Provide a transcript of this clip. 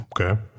Okay